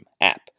app